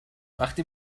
وقتی